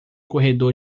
corredor